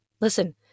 Listen